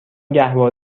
گهواره